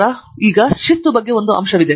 ಫಣಿಕುಮಾರ್ ನಂತರ ಶಿಸ್ತು ಬಗ್ಗೆ ಒಂದು ಸಣ್ಣ ಅಂಶವಿದೆ